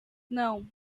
não